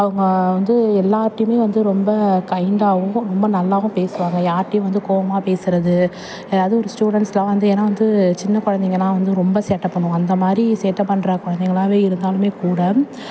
அவங்க வந்து எல்லார்ட்டையுமே வந்து ரொம்ப கைண்டாகவும் ரொம்ப நல்லாவும் பேசுவாங்க யார்கிட்டையும் வந்து கோவமாக பேசுகிறது எதாவது ஒரு ஸ்டூடெண்ஸ் எல்லாம் வந்து ஏன்னா வந்து சின்ன குழந்தைங்கள்லாம் வந்து ரொம்ப சேட்டை பண்ணும் அந்த மாதிரி சேட்டை பண்ணுற குழந்தைகளாவே இருந்தாலுமே கூட